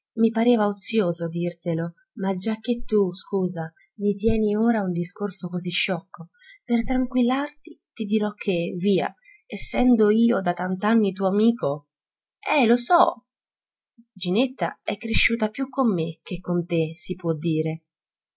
i pareva ozioso dirtelo ma giacché tu scusa mi tieni ora un discorso così sciocco per tranquillarti ti dirò che via essendo io da tant'anni tuo amico eh lo so ginetta è cresciuta più con me che con te si può dire